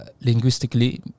linguistically